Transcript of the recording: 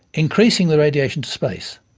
increasing the radiation to space,